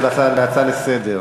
להצעה לסדר-היום.